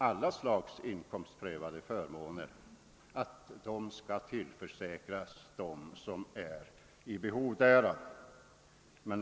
Alla inkomstprövade förmåner skall tillförsäkras dem som är i behov därav.